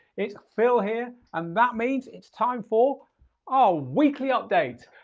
it's phil here, and that means it's time for our weekly update.